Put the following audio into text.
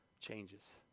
changes